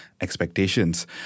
expectations